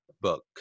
book